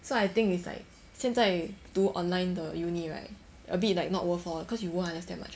so I think it's like 现在 do online the uni right a bit like not worthwhile cause you won't understand much